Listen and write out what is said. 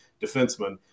defenseman